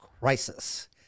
crisis